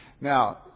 Now